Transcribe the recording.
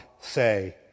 say